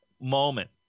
moment